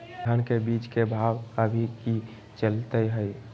धान के बीज के भाव अभी की चलतई हई?